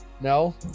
No